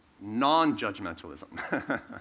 non-judgmentalism